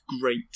great